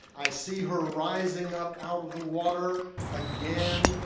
i see her rising up out of the water again,